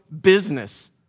business